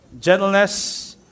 gentleness